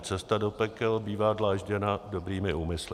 Cesta do pekel bývá dlážděna dobrými úmysly.